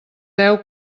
deu